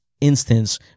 instance